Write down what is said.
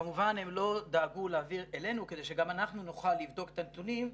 כמובן הם לא דאגו להעביר אלינו כדי שגם אנחנו נוכל לבדוק את הנתונים.